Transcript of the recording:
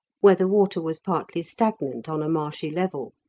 where the water was partly stagnant on a marshy level.